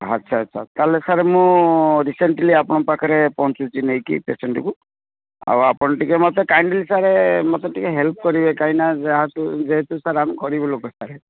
ଆଚ୍ଛା ଆଚ୍ଛା ତାହେଲେ ସାର୍ ମୁଁ ରିସେଣ୍ଟଲି ଆପଣଙ୍କ ପାଖରେ ପହଁଚୁଛି ନେଇକି ପେସେଣ୍ଟ୍କୁ ଆଉ ଆପଣ ଟିକେ ମୋତେ କାଇଣ୍ଡିଲି ସାର ମୋତେ ଟିକେ ହେଲ୍ପ କରିବେ କାହିଁକିନା ଯାହାତୁ ଯେହେତୁ ଆମେ ଗରିବ ଲୋକ ସାର୍